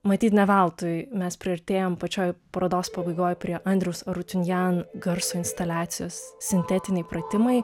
matyt ne veltui mes priartėjam pačioj parodos pabaigoj prie andriaus arutinjan garso instaliacijos sintetiniai pratimai